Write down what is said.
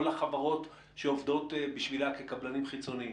או לחברות שעובדות בשבילה כקבלנים חיצוניים,